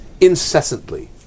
incessantly